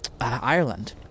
Ireland